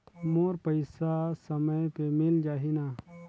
मोर पइसा समय पे मिल जाही न?